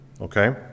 okay